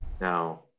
Now